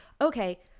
okay